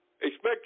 Expect